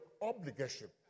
obligation